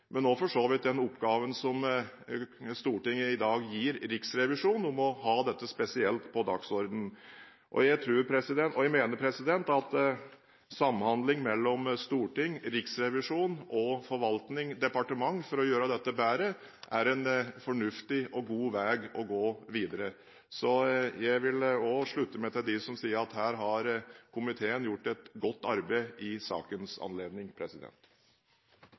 men også for så vidt den oppgaven som Stortinget i dag gir Riksrevisjonen med å ha dette spesielt på dagsorden. Jeg mener at samhandling mellom storting, riksrevisjon og forvaltning/departement for å gjøre dette bedre, er en fornuftig og god vei å gå videre. Jeg vil også slutte meg til dem som sier at komiteen her har gjort et godt arbeid i sakens anledning.